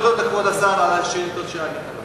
אני רוצה להודות לכבוד השר על התשובות שענה לנו.